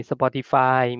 Spotify